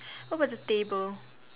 what about the table